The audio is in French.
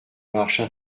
marches